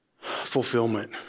fulfillment